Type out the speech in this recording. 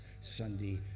Sunday